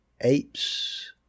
apes